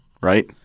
right